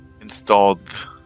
installed